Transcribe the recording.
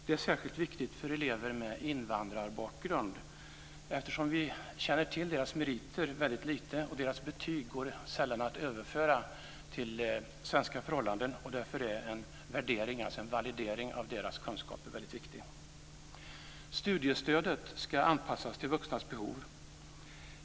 Det är särskilt viktigt för elever med invandrarbakgrund eftersom vi känner till deras meriter väldigt lite och deras betyg sällan går att överföra till svenska förhållanden. Därför är en validering av deras kunskaper väldigt viktig. Studiestödet ska anpassas till vuxnas behov.